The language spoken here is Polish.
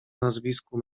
nazwisku